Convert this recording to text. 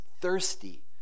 thirsty